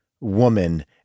woman